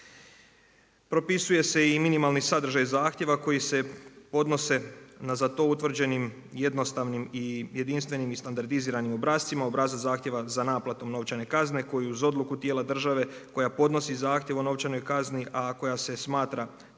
Propisuje se i minimalni sadržaj zahtjeva koji se odnose na za to utvrđenim jednostavnim i jedinstvenim i standardiziranim obrascima. Obrazac zahtjeva za naplatom novčane kazne koji uz odluku tijela države koja podnosi zahtjev o novčanoj kazni, a koja se smatra temeljnom